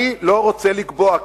אני לא רוצה לקבוע.